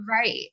Right